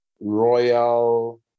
royal